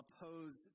opposed